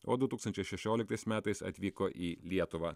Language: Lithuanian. o du tūkstančiai šešioliktais metais atvyko į lietuvą